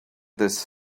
this